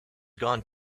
gone